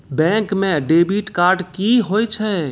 Bank म debit card की होय छै?